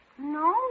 No